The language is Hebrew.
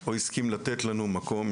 או הסכים לתת לנו מקום,